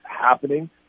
happening